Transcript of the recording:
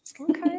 okay